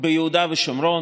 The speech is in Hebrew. ביהודה ושומרון,